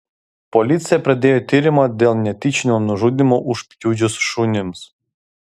policija pradėjo tyrimą dėl netyčinio nužudymo užpjudžius šunimis